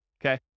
okay